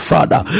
Father